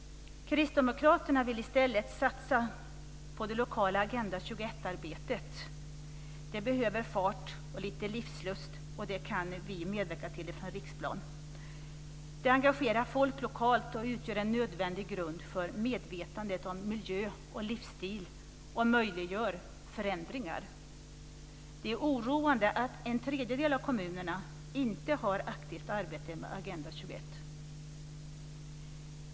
Kristdemokraterna vill i stället satsa på det lokala Agenda 21-arbetet. Det behöver fart och lite livslust, och det kan vi medverka till på riksplanet. Det engagerar folk lokalt och utgör en nödvändig grund för medvetandet om miljö och livsstil och möjliggör förändringar. Det är oroande att en tredjedel av kommunerna inte har ett aktivt arbete med Agenda 21.